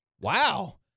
Wow